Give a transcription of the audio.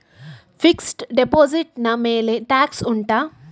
fixed deposit ನ ಮೇಲೆ tax ಉಂಟಾ